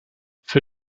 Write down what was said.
für